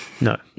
No